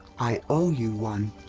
i owe you one.